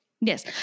Yes